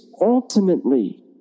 ultimately